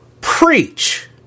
preach